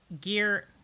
gear